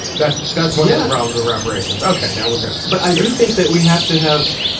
that's that's one of the problems with reparations. ok. now we're good. but i do think that we have to have.